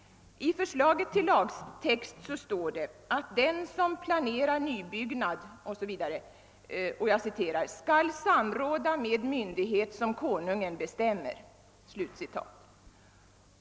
I förslaget till lagtext står det att den som planerar nybyggnad osv. »skall samråda med myndighet som Konungen bestämmer ———».